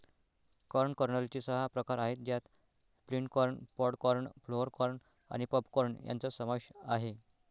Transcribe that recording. corn कर्नलचे सहा प्रकार आहेत ज्यात flint corn, pod corn, flour corn आणि पॉप कॉर्न यांचा समावेश आहे